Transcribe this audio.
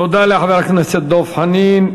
תודה לחבר הכנסת דב חנין.